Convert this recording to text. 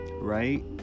right